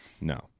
no